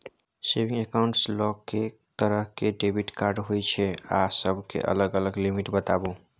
Saving accounts ल के तरह के डेबिट कार्ड होय छै आ सब के अलग अलग लिमिट बताबू?